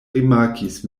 rimarkis